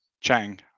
Chang